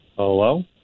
Hello